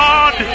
God